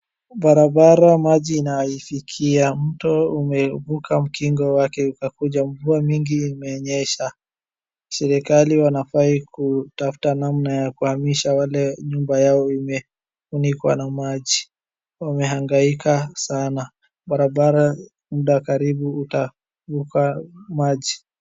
Barabara maji na haifiki, mto umevuka mkingo wake, ukakuja mvua mingi imenyesha. Serikali wanafaa kutafuta namna ya kuhamisha wale nyumba yao imefunikwa na maji. Wamehangaika sana. Barabara muda karibu utavuka maji.